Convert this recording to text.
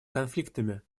конфликтами